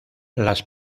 las